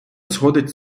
сходить